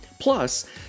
plus